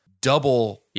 double